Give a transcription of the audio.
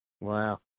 Wow